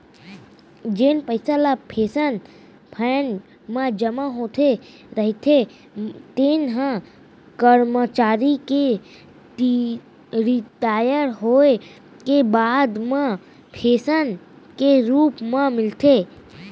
जेन पइसा ल पेंसन फंड म जमा होए रहिथे तेन ह करमचारी के रिटायर होए के बाद म पेंसन के रूप म मिलथे